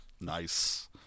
Nice